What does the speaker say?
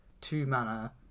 two-mana